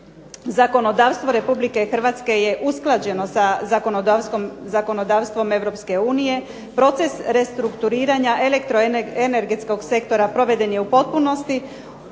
zakonodavstvo RH je usklađeno sa zakonodavstvom EU, proces restrukturiranja elektroenergetskog sektora proveden je u potpunosti,